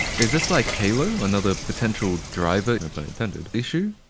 is this like halo? another potential driver no pun intended issue?